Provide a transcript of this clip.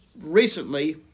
recently